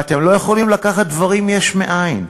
ואתם לא יכולים לקחת דברים יש מאין.